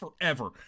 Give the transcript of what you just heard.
forever